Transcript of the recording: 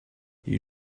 you